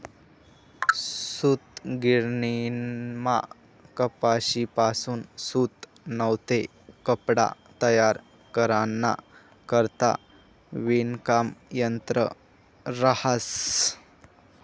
सूतगिरणीमा कपाशीपासून सूत नैते कपडा तयार कराना करता विणकाम यंत्र रहास